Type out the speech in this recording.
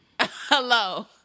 hello